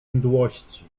mdłości